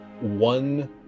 one